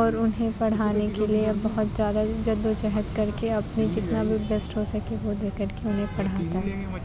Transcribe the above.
اور انہیں پڑھانے کے لیے بہت زیادہ جد و جہد کر کے اپنی جتنا بھی بیسٹ ہو سکے وہ دے کر کے انہیں پڑھاتا ہے